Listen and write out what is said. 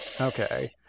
okay